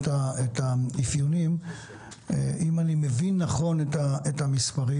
את האפיונים אם אני מבין נכון את המספרים,